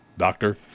Doctor